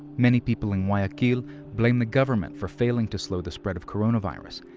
many people in guayaquil blame the government for failing to slow the spread of coronavirus,